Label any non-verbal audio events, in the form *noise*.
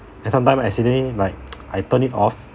and sometime I accidentally like *noise* I turn it off